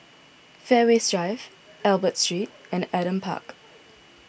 Fairways Drive Albert Street and Adam Park